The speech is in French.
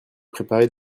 préparée